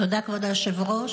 תודה, כבוד היושב-ראש.